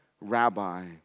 Rabbi